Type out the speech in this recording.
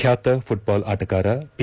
ಖ್ಯಾತ ಫುಟ್ಲಾಲ್ ಆಟಗಾರ ಪಿ